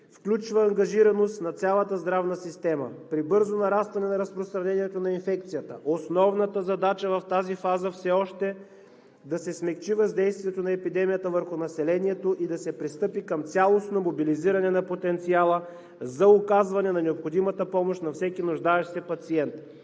Включва ангажираност на цялата здравна система при бързо нарастване на разпространението на инфекцията. Основната задача в тази фаза е все още да се смекчи въздействието на епидемията върху населението и да се пристъпи към цялостно мобилизиране на потенциала за оказване на необходимата помощ на всеки нуждаещ се пациент.